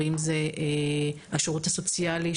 אם זה השירות הסוציאלי,